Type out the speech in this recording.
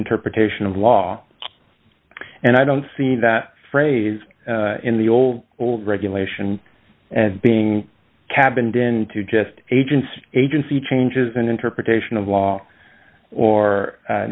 interpretation of law and i don't see that phrase in the old old regulation and being cabined into just agents agency changes in interpretation of law or